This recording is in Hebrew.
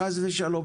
חס ושלום,